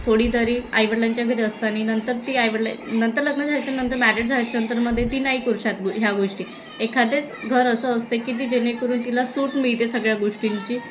थोडीतरी आईवडिलांच्या घरी असताना नंतर ती आईवडिला नंतर लग्न झाल्याच्यानंतर मॅरीड झाल्यच्या नंतरमध्ये ती नाही करू शकत ह्या गोष्टी एखादेच घर असं असते की ती जेणेकरून तिला सूट मिळते सगळ्या गोष्टींची